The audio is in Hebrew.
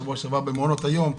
שבוע בעבר במעונות היום.